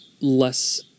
less